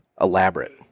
elaborate